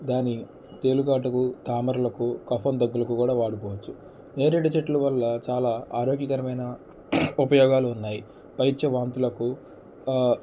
దాని తేలు ఘాటుకు తామరలకు కఫ్ అండ్ దగ్గులకు కూడా వాడుకోవచ్చు నేరేడు చెట్లు వల్ల చాలా ఆరోగ్యకరమైన ఉపయోగాలు ఉన్నాయి పైత్య వాంతులకు